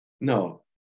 No